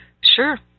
sure